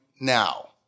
now